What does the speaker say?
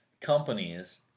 companies